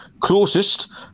closest